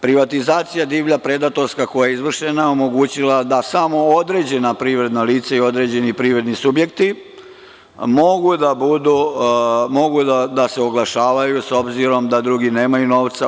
Privatizacija divlja i predatorska koja je izvršena je omogućila da samo određena privredna lica i određeni privredni subjekti mogu da budu i mogu da se oglašavaju s obzirom da drugi nemaju novca.